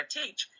teach